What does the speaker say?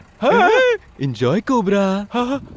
but enjoy cobra! ah